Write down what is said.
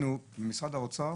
במשרד האוצר